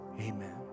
Amen